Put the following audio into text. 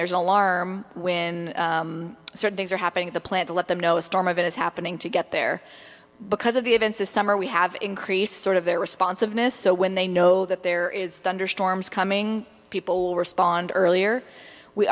there's a lot when certain things are happening the plan to let them know a storm of it is happening to get there because of the events this summer we have increased sort of their responsiveness so when they know that there is under storms coming people will respond earlier we